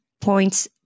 points